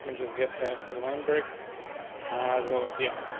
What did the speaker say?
i mean just get the actual loan brick as well as yeah,